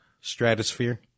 stratosphere